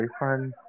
boyfriends